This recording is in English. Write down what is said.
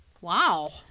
Wow